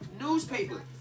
Newspaper